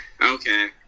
okay